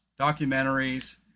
documentaries